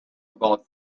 about